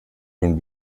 von